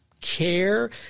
care